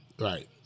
right